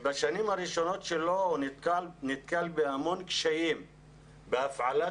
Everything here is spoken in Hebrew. בשנים הראשונות שלו הוא נתקל בהמון קשיים בהפעלת